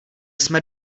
jsme